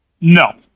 No